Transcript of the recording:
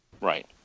Right